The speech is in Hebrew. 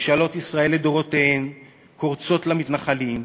ממשלות ישראל לדורותיהן קורצות למתנחלים.